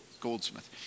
Goldsmith